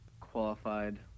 qualified